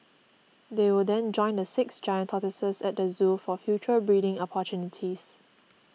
they will then join the six giant tortoises at the zoo for future breeding opportunities